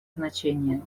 значение